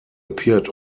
appeared